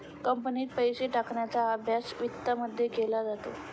कंपनीत पैसे टाकण्याचा अभ्यास वित्तमध्ये केला जातो